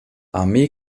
armee